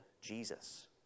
Jesus